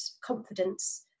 confidence